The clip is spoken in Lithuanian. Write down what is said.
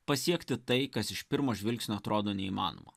pasiekti tai kas iš pirmo žvilgsnio atrodo neįmanoma